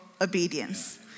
obedience